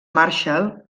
marshall